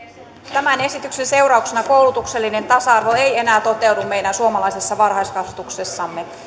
tämän esityksen seurauksena koulutuksellinen tasa arvo ei enää toteudu meidän suomalaisessa varhaiskasvatuksessamme